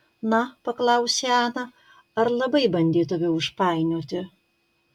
na paklausė ana ar labai bandė tave užpainioti